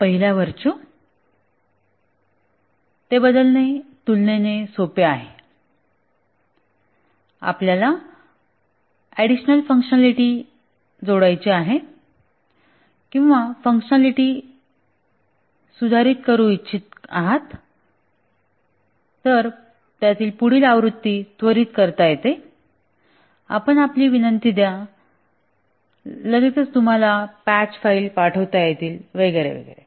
पहिला वर्चू ते बदलणे तुलनेने सोपे आहे आपल्याला अतिरिक्त फंक्शनालिटीज जोडायची आहे फंक्शनालिटीज सुधारित करू इच्छित आहात पुढील आवृत्ती त्वरीत दिसून येते आपण आपली विनंती द्या कदाचित तुम्हाला पॅच पाठवतील वगैरे वगैरे